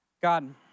God